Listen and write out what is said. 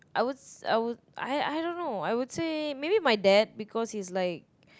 I would I would I I don't know I would say maybe my dad because he's like